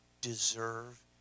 deserve